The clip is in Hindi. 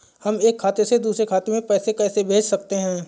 हम एक खाते से दूसरे खाते में पैसे कैसे भेज सकते हैं?